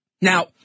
Now